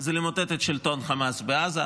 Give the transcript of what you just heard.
הם למוטט את שלטון החמאס בעזה,